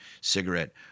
cigarette